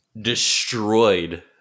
Destroyed